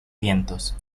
vientos